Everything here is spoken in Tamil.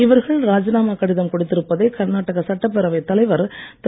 இவர்கள் ராஜினாமா கடிதம் கொடுத்திருப்பதை கர்நாடகா சட்டப்பேரவைத் தலைவர் திரு